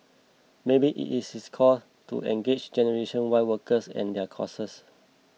maybe it is his call to engage generation Y workers and their causes